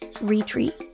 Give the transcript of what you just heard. retreat